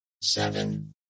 seven